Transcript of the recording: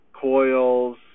coils